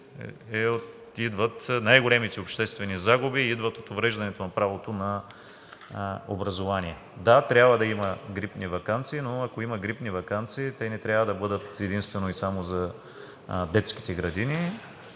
е, че най големите обществени загуби идват от увреждането на правото на образование. Да, трябва да има грипни ваканции, но ако има грипни ваканции, те не трябва да бъдат единствено и само за детските градини,